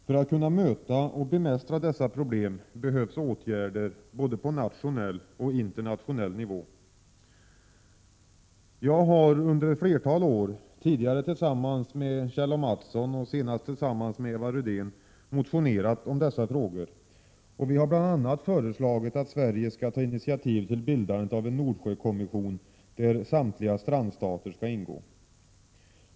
För att kunna bemästra dessa problem behövs åtgärder på både nationell och internationell nivå. Jag har under flera år, tidigare tillsammans med Kjell A Mattsson och senast tillsammans med Eva Rydén, motionerat om dessa frågor. Vi har bl.a. föreslagit att Sverige skall ta initiativ till bildandet av en Nordsjökommission, där samtliga strandstater skall ingå.